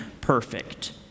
perfect